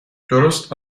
درست